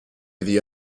iddi